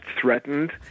threatened